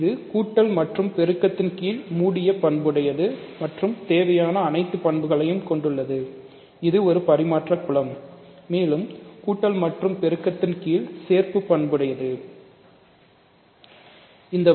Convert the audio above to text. இது கூட்டல் மற்றும் பெருக்கத்தின் கீழ் மூடிய பண்பை உடையது மற்றும் தேவையான அனைத்து பண்புகளை கொண்டுள்ளது இது ஒரு பரிமாற்று குலம் மேலும் கூட்டல் மற்றும் பெருக்கத்தின் கீழ் சேர்ப்பு பண்புடையது மற்றும் பல